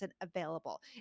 available